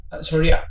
sorry